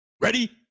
Ready